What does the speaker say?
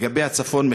לגבי הצפון,